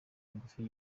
ingufu